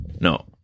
No